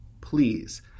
Please